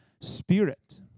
Spirit